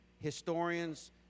historians